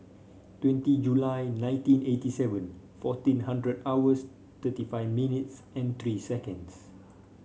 twenty July nineteen eighty seven fourteen hundred hours thirty five minutes and three seconds